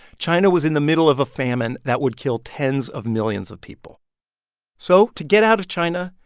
china was in the middle of a famine that would kill tens of millions of people so to get out of china,